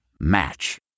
Match